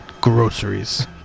Groceries